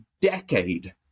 decade